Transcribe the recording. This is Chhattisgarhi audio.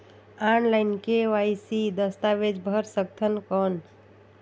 ऑनलाइन के.वाई.सी दस्तावेज भर सकथन कौन?